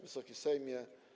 Wysoki Sejmie!